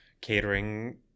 catering